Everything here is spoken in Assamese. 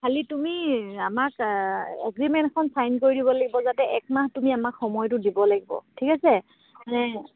খালি তুমি আমাক এগ্ৰিমেণ্ট এখন চাইন কৰি দিব লাগিব যাতে এক মাহ তুমি আমাক সময়টো দিব লাগিব ঠিক আছে